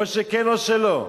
או שכן, או שלא.